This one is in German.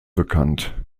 bekannt